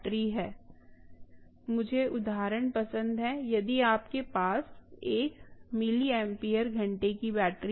संदर्भ समय 2022 मुझे उदाहरण पसंद हैं यदि आपके पास एक मिलिम्पियर घंटे की बैटरी है